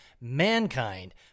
Mankind